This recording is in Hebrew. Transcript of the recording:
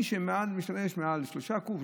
מי שמשתמש מעל 3 קוב,